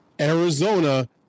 Arizona